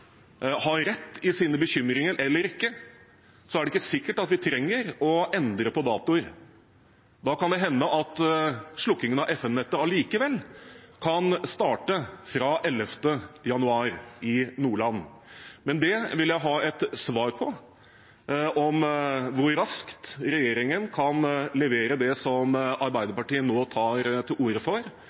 har rett i sine bekymringer eller ikke, er det ikke sikkert at vi trenger å endre på datoer. Da kan det hende at slukkingen av FM-nettet likevel kan starte fra 11. januar i Nordland. Men jeg vil ha et svar på hvor raskt regjeringen kan levere det som Arbeiderpartiet nå tar til orde for.